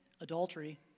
adultery